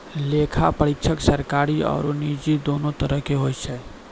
लेखा परीक्षक सरकारी आरु निजी दोनो तरहो के होय छै